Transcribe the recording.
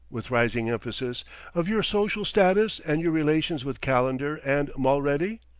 with rising emphasis of your social status and your relations with calendar and mulready?